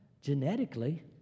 genetically